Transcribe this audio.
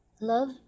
love